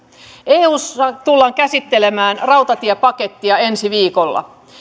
eussa tullaan käsittelemään rautatiepakettia ensi viikolla